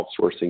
outsourcing